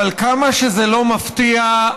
אבל כמה שזה לא מפתיע,